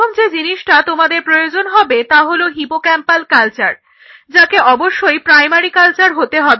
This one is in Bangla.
প্রথম যে জিনিসটা তোমাদের প্রয়োজন হবে তা হলো হিপোক্যাম্পাল কালচার যাকে অবশ্যই প্রাইমারি কালচার হতে হবে